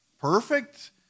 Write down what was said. Perfect